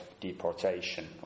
deportation